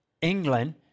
England